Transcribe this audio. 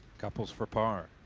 couples for par.